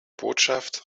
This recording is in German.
botschaft